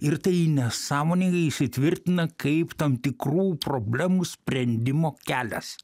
ir tai nesąmonėj įsitvirtina kaip tam tikrų problemų sprendimo kelias